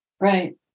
Right